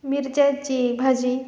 मिरच्याची भाजी